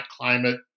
climate